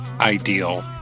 ideal